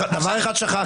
דבר אחד שכחת.